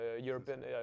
European